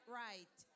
right